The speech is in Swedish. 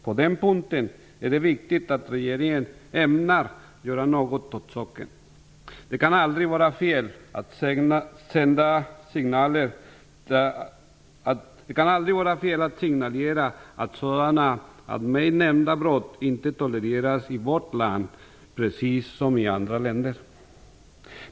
På den punkten är det viktigt att regeringen ämnar göra något åt saken. Det kan aldrig vara fel att signalera att sådana av mig nämnda brott inte tolereras i vårt land, precis som är fallet i andra länder.